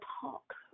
talk